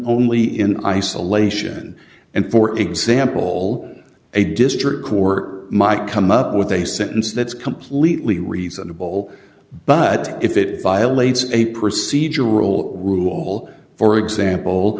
only in isolation and for example a district court might come up with a sentence that's completely reasonable but if it violates a procedural rule for example